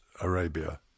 Arabia